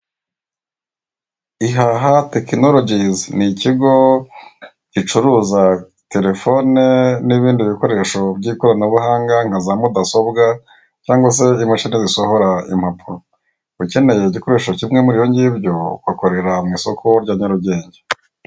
Ihaha tekinorogizi ni ikigo gicuruza telefone n'ibindi bikoresho by'ikoranabuhanga nka zamudasobwa cyangwa se imashini zisohora impapuro. Ukeneye igikoresho kimwe muri ibyo ngibyo bakorera mu isoko rya Nyarugenge.